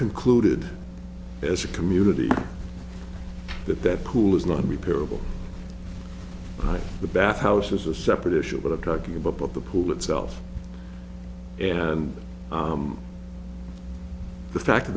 concluded as a community that that pool is not repairable by the bath house as a separate issue but of talking about the pool itself and the fact of